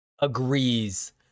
agrees